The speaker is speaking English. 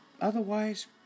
otherwise